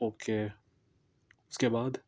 okay اس کے بعد